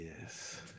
Yes